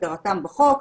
כהגדרתם בחוק,